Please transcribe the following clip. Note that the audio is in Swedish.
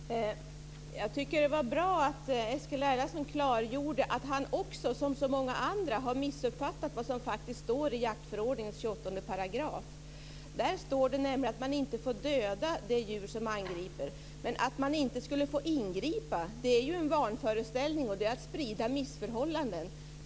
Fru talman! Jag tycker att det är bra att Eskil Erlandsson klargjorde att han som så många andra har missuppfattat vad som faktiskt står i jaktförordningens § 28. Där står det nämligen att man inte får döda det djur som angriper. Men att man inte får ingripa är en vanföreställning, och det är att sprida missförhållanden.